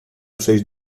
przejść